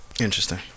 Interesting